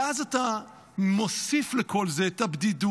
ואז אתה מוסיף לכל זה את הבדידות,